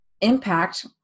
impact